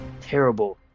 terrible